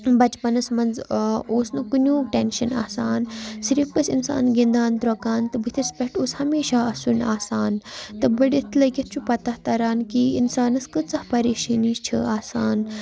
بَچپَنَس منٛز اوس نہٕ کُنیُٚک ٹینشَن آسان صرف ٲس اِنسان گِندان درٛوٚکان تہٕ بٔتھِس پٮ۪ٹھ اوس ہمیشہ اَسُن آسان تہٕ بٔڑِتھ لٔگِتھ چھُ پَتہ تَران کہِ اِنسانَس کۭژاہ پریشٲنی چھِ آسان